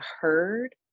heard